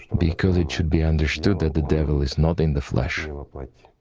because it should be understood that the devil is not in the flesh, ah ah but